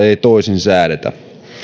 toisin säädetä eri